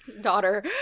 daughter